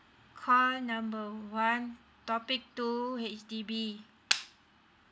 call number one topic two H_D_B